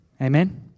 Amen